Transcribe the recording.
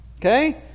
Okay